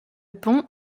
pont